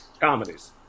Comedies